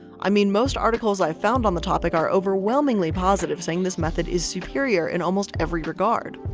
i mean most articles i've found on the topic are overwhelmingly positive saying this method is superior in almost every regard.